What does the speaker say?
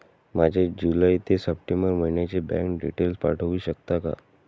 माझे जुलै ते सप्टेंबर महिन्याचे बँक डिटेल्स पाठवू शकता का?